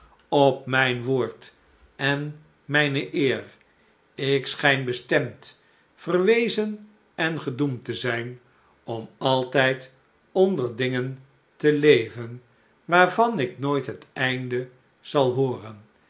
op mijn woord en mijne eer ik schijn bestemd verwezen en gedoemd te zijn om altjjjd onder dingen te leven waarvan ik nooit het einde zal hooren